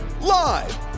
Live